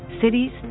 cities